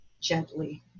gently